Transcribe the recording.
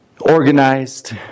organized